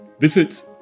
visit